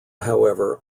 however